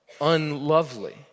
unlovely